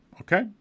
Okay